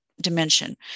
dimension